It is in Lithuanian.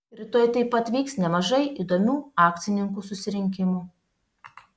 rytoj taip pat vyks nemažai įdomių akcininkų susirinkimų